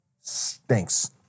stinks